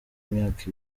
imyaka